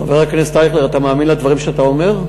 חבר הכנסת אייכלר, אתה מאמין בדברים שאתה אומר?